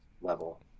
level